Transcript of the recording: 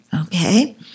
okay